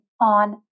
on